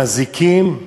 עם אזיקים.